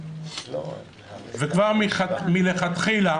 וכבר מלכתחילה